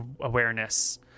awareness